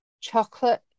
Chocolate